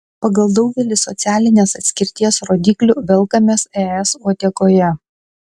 pagal daugelį socialinės atskirties rodiklių velkamės es uodegoje